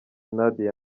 nadia